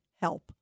help